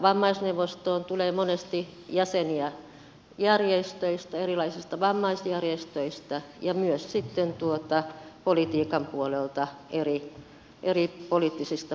vammaisneuvostoon tulee monesti jäseniä erilaisista vammaisjärjestöistä ja myös sitten politiikan puolelta eri poliittisista puolueista